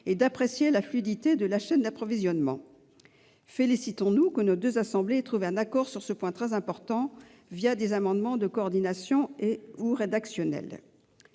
et d'apprécier la fluidité de la chaîne d'approvisionnement. Félicitons-nous que nos deux assemblées aient trouvé un accord sur ce point très important l'adoption d'amendements de coordination ou rédactionnels.